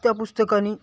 त्या पुस्तकाने